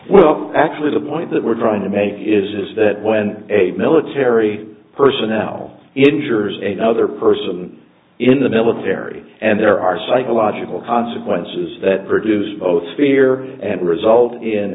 well actually the point that we're trying to make is that when a military personnel injures a no other person in the military and there are psychological consequences that produce both fear and result in